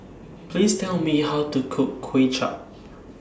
Please Tell Me How to Cook Kuay Chap